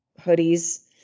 hoodies